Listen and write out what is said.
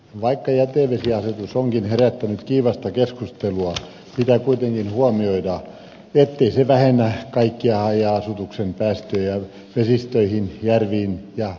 vaikka jätevesiasetus onkin herättänyt kiivasta keskustelua pitää kuitenkin huomioida ettei se lopeta kaikkia haja asutuksen päästöjä vesistöihin järviin ja jokiin